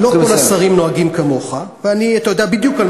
ואתה יודע היטב שלא כל השרים גם נוהגים כמוך.